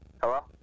Hello